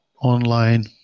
online